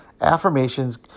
affirmations